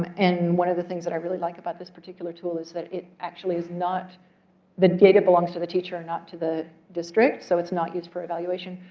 and one of the things that i really like about this particular tool is that it actually is not the data belongs to the teacher or not to the district. so it's not used for evaluation.